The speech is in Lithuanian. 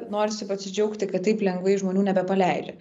norisi pasidžiaugti kad taip lengvai žmonių nebepaleidžia